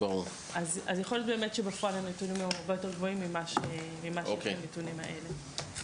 אז יכול להיות שבאמת בפועל הנתונים הם הרבה יותר גבוהים מהנתונים האלה.